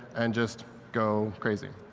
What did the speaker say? and just go crazy.